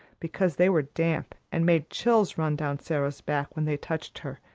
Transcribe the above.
because they were damp and made chills run down sara's back when they touched her,